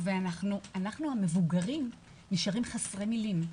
ואנחנו המבוגרים נשארים חסרי מילים.